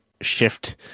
shift